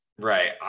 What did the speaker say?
Right